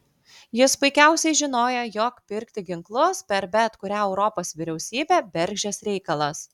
jis puikiausiai žinojo jog pirkti ginklus per bet kurią europos vyriausybę bergždžias reikalas